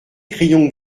crayons